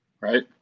Right